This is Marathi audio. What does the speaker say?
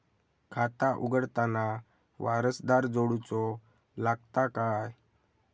खाता उघडताना वारसदार जोडूचो लागता काय?